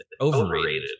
overrated